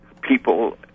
People